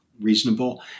reasonable